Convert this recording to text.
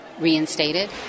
reinstated